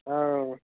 অঁ